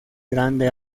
grande